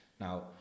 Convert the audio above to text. Now